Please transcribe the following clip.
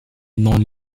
non